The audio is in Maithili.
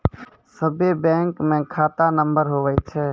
सभे बैंकमे खाता नम्बर हुवै छै